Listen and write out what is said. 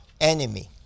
enemy